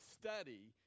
study